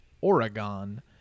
Oregon